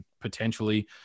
potentially